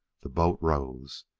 the boat rose.